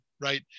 right